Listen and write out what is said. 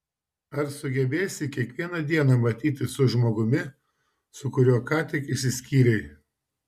ar sugebėsi kiekvieną dieną matytis su žmogumi su kuriuo ką tik išsiskyrei